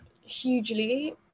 hugely